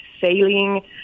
sailing